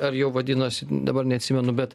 ar jau vadinosi dabar neatsimenu bet